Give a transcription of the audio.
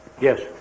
Yes